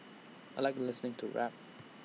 I Like listening to rap